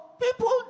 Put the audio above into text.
people